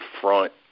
front